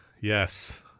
yes